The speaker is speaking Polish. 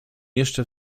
jeszcze